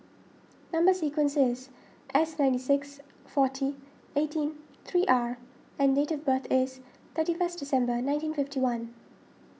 Number Sequence is S ninety six forty eighteen three R and date of birth is thirty first December nineteen fifty one